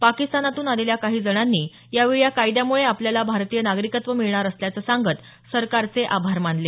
पाकिस्तानातून आलेल्या काही जणांनी यावेळी या कायद्यामुळे आपल्याला भारतीय नागरिकत्व मिळणार असल्याचं सांगत सरकारचे आभार मानले